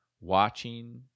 watching